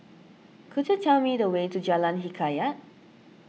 could you tell me the way to Jalan Hikayat